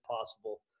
possible